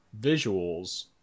visuals